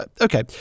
Okay